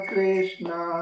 Krishna